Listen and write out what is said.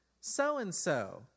so-and-so